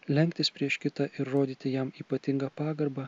lenktis prieš kitą ir rodyti jam ypatingą pagarbą